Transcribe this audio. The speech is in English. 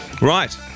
right